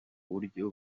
buryo